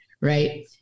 Right